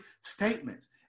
statements